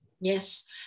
Yes